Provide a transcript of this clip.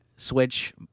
Switch